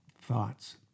thoughts